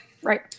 Right